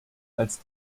als